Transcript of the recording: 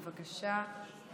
בבקשה.